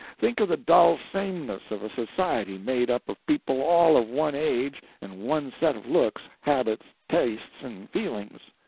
think of the dull sameness of a society made up of people all of one age and one set of looks, habits, tastes and feelings.